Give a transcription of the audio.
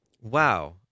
Wow